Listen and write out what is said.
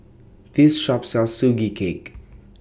This Shop sells Sugee Cake